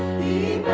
the